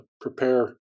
Prepare